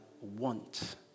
want